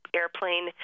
airplane